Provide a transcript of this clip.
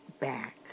back